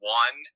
one